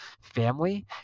family